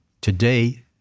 Today